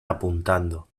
apuntando